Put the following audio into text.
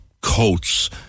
coats